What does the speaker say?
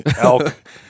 elk